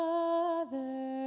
Father